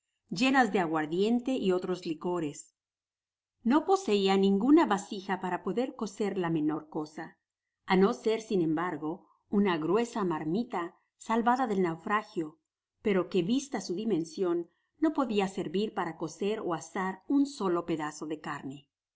llenas de aguardiente y otros licores no poseia ninguna vasija para poder cocer la menor cosa ano ser sin embargo una gruesa marmita salvada del naufragio pero que vista su dimension no podia servir para coser ó as un solo pedazo de carne